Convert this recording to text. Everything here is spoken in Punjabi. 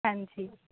ਹਾਂਜੀ